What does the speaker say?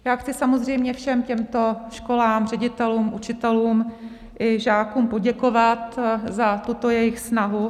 Chci samozřejmě všem těmto školám, ředitelům, učitelům i žákům poděkovat za tuto jejich snahu.